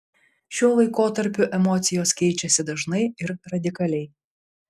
šiuo laikotarpiu emocijos keičiasi dažnai ir radikaliai